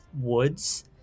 woods